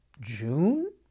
June